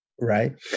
right